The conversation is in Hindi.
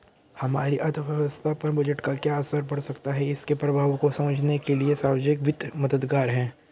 हमारी अर्थव्यवस्था पर बजट का क्या असर पड़ सकता है इसके प्रभावों को समझने के लिए सार्वजिक वित्त मददगार है